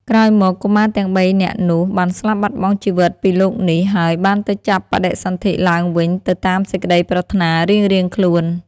ក្រោយមក កុមារទាំងបីនាក់នោះបានស្លាប់បាត់បង់ជីវិតពីលោកនេះ ហើយបានទៅចាប់បដិសន្ធិឡើងវិញទៅតាមសេចក្តីប្រាថ្នារៀងៗខ្លួន។